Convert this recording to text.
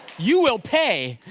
you will pay.